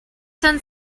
done